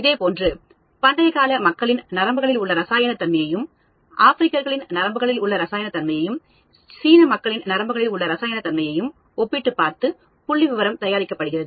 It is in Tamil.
இதேபோன்று பண்டைய கால மக்களின் நரம்புகளில் உள்ள ரசாயன தன்மையையும் ஆப்பிரிக்கர்களின் நரம்புகளில் உள்ள ரசாயன தன்மையையும் சீன மக்களின் நரம்புகளில் உள்ள ரசாயன தன்மையையும் ஒப்பிட்டுப் பார்த்து புள்ளிவிவரம் தயாரிக்கப்படுகிறது